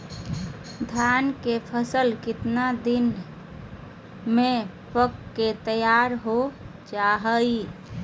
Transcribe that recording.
धान के फसल कितना दिन में पक के तैयार हो जा हाय?